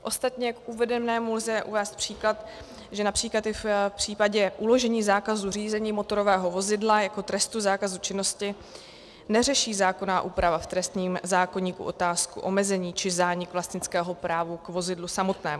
Ostatně k uvedenému lze uvést příklad, že například i v případě uložení zákazu řízení motorového vozidla jako trestu zákazu činnosti neřeší zákonná úprava v trestním zákoníku otázku omezení či zánik vlastnického práva k vozidlu samotnému.